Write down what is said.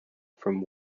from